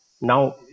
Now